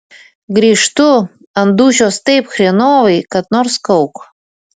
grįžtu ant dūšios taip chrenovai kad nors kauk